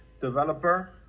developer